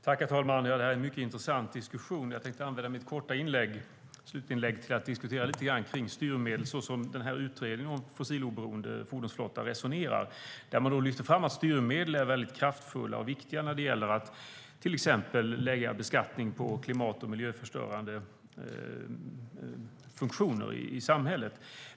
Herr talman! Det här är en mycket intressant diskussion. Jag tänkte använda mitt sista korta inlägg till att diskutera styrmedel lite grann, så som hur utredningen om en fossiloberoende fordonsflotta resonerar. Den lyfter fram att styrmedel är kraftfulla och viktiga när det gäller att till exempel lägga beskattning på klimat och miljöförstörande funktioner i samhället.